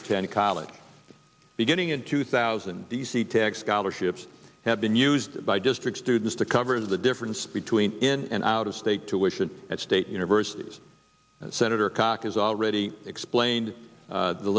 attend college beginning in two thousand d c tax scholarships have been used by district students to cover the difference between in and out of state tuition at state universities senator akaka has already explained the